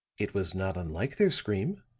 it was not unlike their scream,